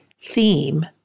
theme